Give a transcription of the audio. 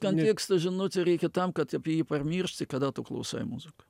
kontekstą žinoti reikia tam kad apie jį pamiršti kada tu klausai muziką